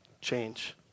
change